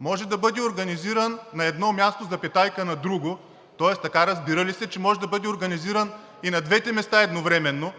и може ли да бъде организиран на едно, на друго място? Тоест така разбира ли се, че може да бъде организиран и на двете места едновременно,